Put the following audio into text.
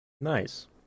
nice